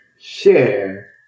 Share